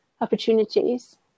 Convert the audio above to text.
opportunities